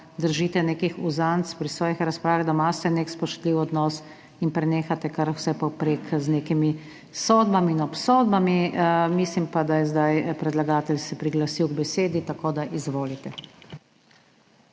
držite nekih uzanc pri svojih razpravah, da imate nek spoštljiv odnos in prenehate kar vse povprek z nekimi sodbami in obsodbami. Mislim pa, da je zdaj predlagatelj se priglasil k besedi, tako da izvolite.